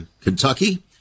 Kentucky